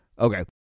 okay